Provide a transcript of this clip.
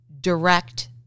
direct